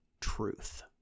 truth